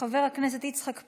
חבר הכנסת יצחק פינדרוס,